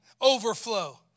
Overflow